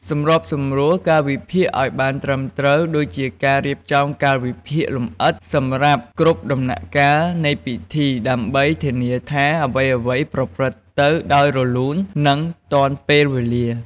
សម្របសម្រួលកាលវិភាគឲ្យបានត្រឹមត្រូវ ដូចជាការរៀបចំកាលវិភាគលម្អិតសម្រាប់គ្រប់ដំណាក់កាលនៃពិធី ដើម្បីធានាថាអ្វីៗប្រព្រឹត្តទៅដោយរលូន និងទាន់ពេលវេលា។